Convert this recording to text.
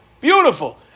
beautiful